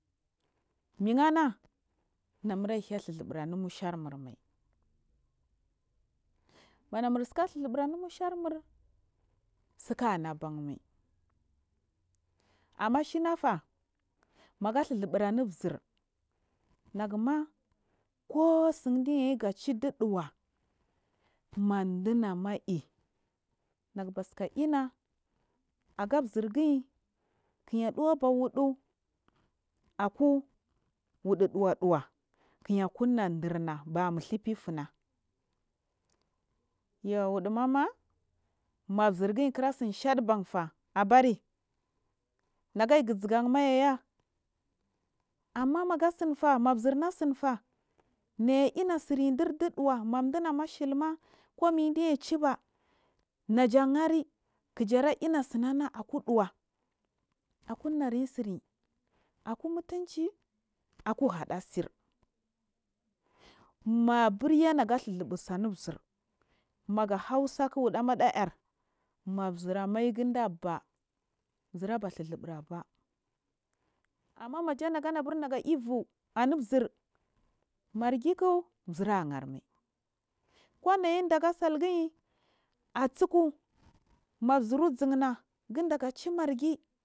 Migana naya tha slitubu anunush rmurmar manamusika elluzubu a umusharmu tsik anabanmai amma shinafa maga chizubu anu zir naguma kuw tsinchiyeyu gachi ɗi ɗhuwa ma ɗunga’i negubasika ina aga zirgiyi kiya cliyeba wudu aku wydu chuwa chuwa kirya kuna chirna ba mutshufi ifuns yuu wudu mama mazirgi kiratsin shalbanfa abari negai guziganma yaya ammmage mega tsmfa mazirna tsinfa miyi ina sirya di duwa dinashilima kumi diya chi baneja harri jara ins tsiana aku ɗuwa akumayi tsiyi akunutum ci aku ha ɗesir maburyanaga ɗhuuzubusa anuzir mega hausak wuɗamaɗa ar mazira maigrade ba ziraba ɗhuzubu aba’a amamaja bur nega llu amuzir margikk zir hermai kwa mayi dags sagiyi atsuku maziruzumna.